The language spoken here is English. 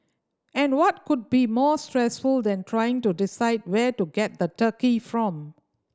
and what could be more stressful than trying to decide where to get the turkey from